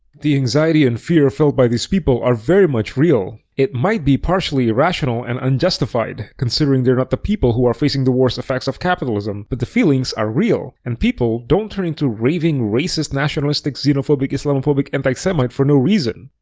the anxiety and fear felt by these people are very much real. it might be partly irrational and unjustified, considering they're not the people who are facing the worst effects of capitalism, but the feelings are real and people don't turn into raving racist nationalistic xenophobic islamophobic anti-semite for no reason.